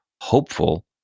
hopeful